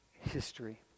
history